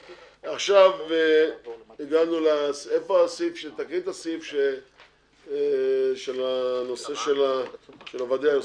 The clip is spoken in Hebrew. תקרא את הנושא של הרב עובדיה יוסף.